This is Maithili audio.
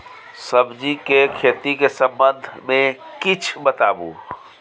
सब्जी के खेती के संबंध मे किछ बताबू?